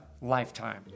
lifetime